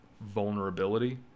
vulnerability